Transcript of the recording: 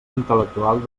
intel·lectual